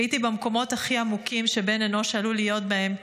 כשהייתי במקומות הכי עמוקים שבן אנוש עלול להיות בהם,